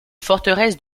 forteresse